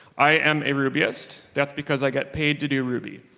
i am a rubyist. that's because i get paid to do ruby.